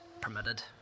permitted